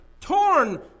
torn